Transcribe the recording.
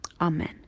amen